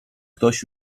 ktoś